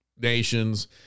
nations –